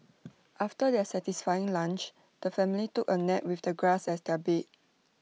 after their satisfying lunch the family took A nap with the grass as their bed